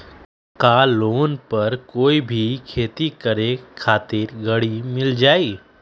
का लोन पर कोई भी खेती करें खातिर गरी मिल जाइ?